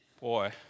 Boy